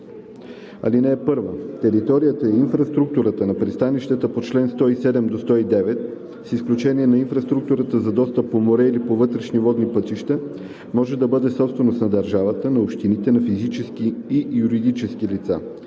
така: „(1) Територията и инфраструктурата на пристанищата по чл. 107 – 109, с изключение на инфраструктурата за достъп по море или по вътрешни водни пътища, може да бъдат собственост на държавата, на общините, на физически и юридически лица.